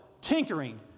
tinkering